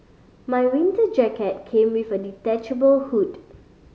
my winter jacket came with a detachable hood